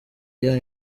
year